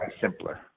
simpler